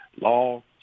law